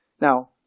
Now